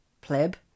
Pleb